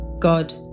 God